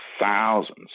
thousands